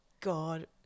God